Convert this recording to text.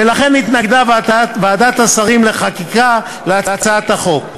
ולכן התנגדה ועדת השרים לחקיקה להצעת החוק.